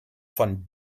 von